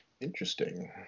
Interesting